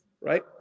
Right